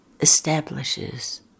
establishes